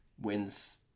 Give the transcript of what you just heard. wins